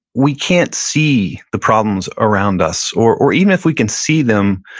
we can't see the problems around us or or even if we can see them,